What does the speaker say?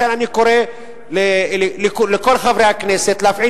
לכן אני קורא לכל חברי הכנסת להפעיל